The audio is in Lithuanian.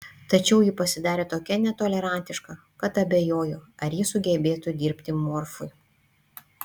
tačiau ji pasidarė tokia netolerantiška kad abejoju ar ji sugebėtų dirbti morfui